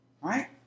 Right